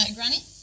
Granny